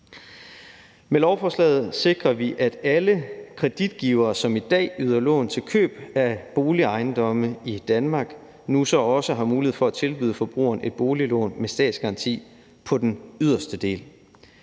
Med lovforslaget sikrer vi, at alle kreditgivere, som i dag yder lån til køb af boligejendomme i Danmark, nu også har mulighed for at tilbyde forbrugerne et boliglån med statsgaranti på den yderste del.